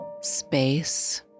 space